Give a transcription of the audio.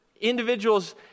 individuals